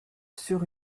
sur